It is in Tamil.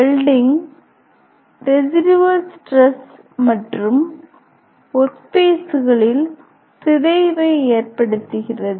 வெல்டிங் ரெசிடுவல் ஸ்ட்ரெஸ் மற்றும் ஒர்க் பீசுகளில் சிதைவை ஏற்படுத்துகிறது